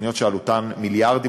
תוכניות שעלותן מיליארדים,